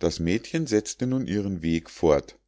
das mädchen setzte nun ihren weg fort